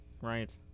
Right